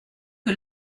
que